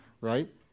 Right